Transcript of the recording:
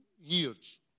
years